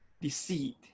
deceit